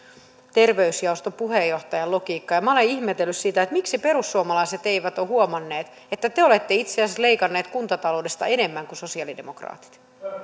terveysjaoston puheenjohtajan logiikka ja minä olen ihmetellyt sitä miksi perussuomalaiset eivät ole huomanneet että te olette itse asiassa leikanneet kuntataloudesta enemmän kuin sosialidemokraatit